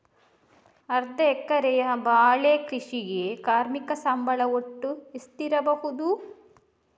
ಅರ್ಧ ಎಕರೆಯ ಬಾಳೆ ಕೃಷಿಗೆ ಕಾರ್ಮಿಕ ಸಂಬಳ ಒಟ್ಟು ಎಷ್ಟಿರಬಹುದು?